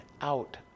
out